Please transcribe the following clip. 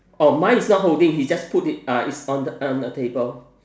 orh mine is not holding he just put it ah it's on on the table